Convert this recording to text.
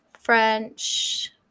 French